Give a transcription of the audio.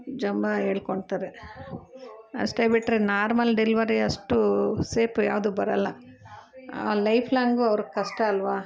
ಜಂಬ ಹೇಳ್ಕೊಂತಾರೆ ಅಷ್ಟೆ ಬಿಟ್ಟರೆ ನಾರ್ಮಲ್ ಡೆಲ್ವರಿ ಅಷ್ಟು ಸೇಪ್ ಯಾವುದು ಬರಲ್ಲ ಆ ಲೈಫ್ ಲಾಂಗು ಅವರು ಕಷ್ಟ ಅಲ್ವ